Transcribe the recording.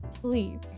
please